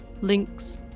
links